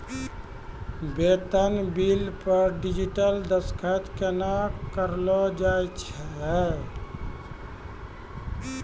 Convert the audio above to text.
बेतन बिल पर डिजिटल दसखत केना करलो जाय छै?